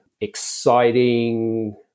exciting